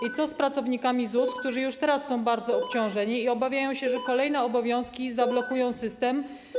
I co z pracownikami ZUS, którzy już teraz są bardzo obciążeni i obawiają się, że kolejne obowiązki zablokują system?